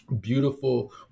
beautiful